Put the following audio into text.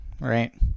right